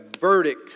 verdict